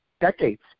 decades